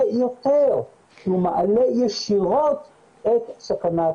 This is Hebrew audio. יותר כי הוא מעלה ישירות את סכנת הקורונה.